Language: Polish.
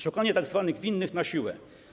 Szukanie tzw. winnych na siłę.